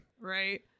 Right